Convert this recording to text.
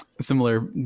similar